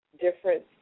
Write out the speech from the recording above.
different